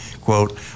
Quote